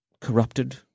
corrupted